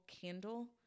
candle